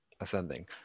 ascending